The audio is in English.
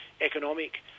economic